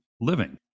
living